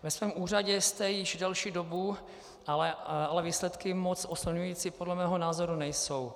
Ve svém úřadě jste již delší dobu, ale výsledky moc oslňující podle mého názoru nejsou.